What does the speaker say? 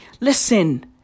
Listen